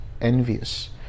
envious